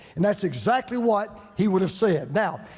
and that's exactly what he would have said. now,